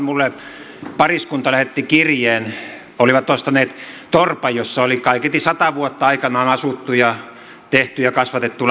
taannoin minulle pariskunta lähetti kirjeen olivat ostaneet torpan jossa oli kaiketi sata vuotta aikanaan asuttu ja tehty ja kasvatettu lapsia